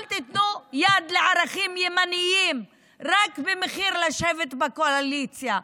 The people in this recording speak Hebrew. אל תיתנו יד לערכים ימניים רק בשביל לשבת בקואליציה.